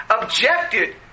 objected